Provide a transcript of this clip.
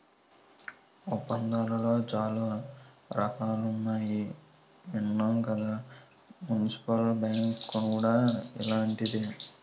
ఒప్పందాలలో చాలా రకాలున్నాయని విన్నాం కదా మున్సిపల్ బాండ్ కూడా అలాంటిదే